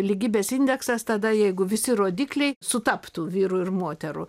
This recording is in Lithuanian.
lygybės indeksas tada jeigu visi rodikliai sutaptų vyrų ir moterų